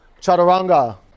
Chaturanga